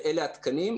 ואלה התקנים,